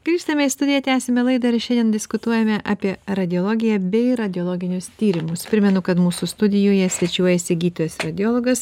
grįžtame į studiją tęsiame laidą ir šiandien diskutuojame apie radiologiją bei radiologinius tyrimus primenu kad mūsų studijoje svečiuojasi gydytojas radiologas